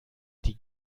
die